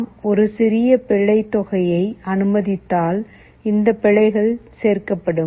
நாம் ஒரு சிறிய பிழை தொகையை அனுமதித்தால் இந்த பிழைகள் சேர்க்கப்படும்